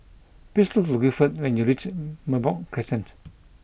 please look for Guilford when you reach Merbok Crescent